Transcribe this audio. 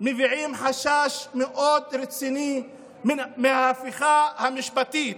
מביעים חשש מאוד רציני מההפיכה המשפטית